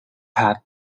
had